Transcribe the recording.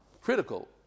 critical